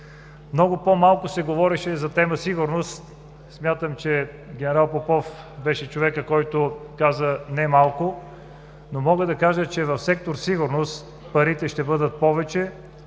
Много по-малко се говореше за тема „Сигурност“. Смятам, че ген. Попов беше човекът, който каза немалко, но мога да кажа, че в Сектор „Сигурност“ парите ще бъдат повече